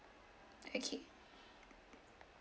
okay